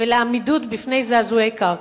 ולעמידות בפני זעזועי קרקע.